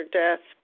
death